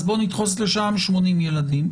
אז בוא נדחוף לשם 80 ילדים,